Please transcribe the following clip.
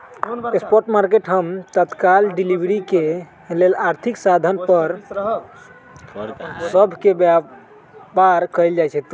spot market हम तत्काल delivery के लेल आर्थिक साधन सभ के व्यापार कयल जाइ छइ